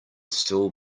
still